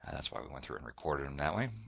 that's why we went through and recorded them that way.